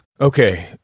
Okay